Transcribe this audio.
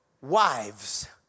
wives